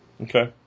Okay